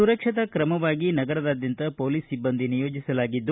ಸುರಕ್ಷತಾ ಕ್ರಮವಾಗಿ ನಗರದಾದ್ಯಂತ ಪೋಲೀಸ್ ಸಿಬ್ಬಂದಿಗಳನ್ನು ನಿಯೋಜಿಸಲಾಗಿದೆ